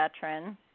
veteran